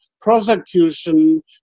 prosecution